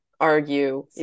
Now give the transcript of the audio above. Argue